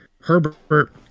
Herbert